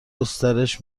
گسترش